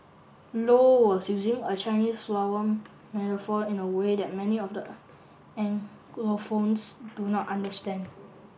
low was using a Chinese flower metaphor in a way that many of the Anglophones do not understand